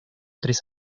tres